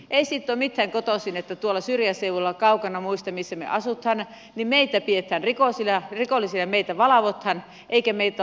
ei se ole mistään kotoisin että tuolla syrjäseudulla kaukana muista missä me asumme meitä pidetään rikollisina meitä valvotaan eikä meitä olla valmiita auttamaan